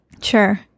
Sure